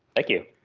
thank you.